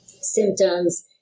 Symptoms